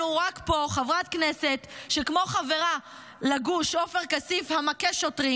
רק פה חברת כנסת שכמו חברה לגוש עופר כסיף המכה שוטרים.